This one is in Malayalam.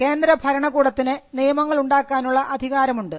കേന്ദ്ര ഭരണകൂടത്തിന് നിയമങ്ങൾ ഉണ്ടാക്കാനുള്ള അധികാരമുണ്ട്